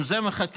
עם זה מחכים,